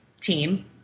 team